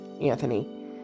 Anthony